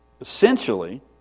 Essentially